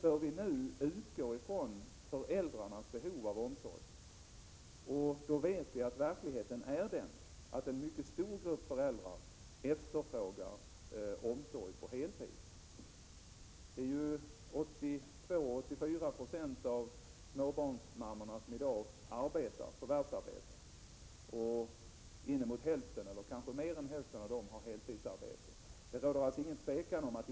Om vi utgår ifrån föräldrarnas verkliga behov av barnomsorg, finner vi att en mycket stor grupp av föräldrar efterfrågar barnomsorg på heltid. I dag förvärvsarbetar ju 82—84 90 av småbarnsmammorna, och kanske mer än hälften av dem har heltidsarbete.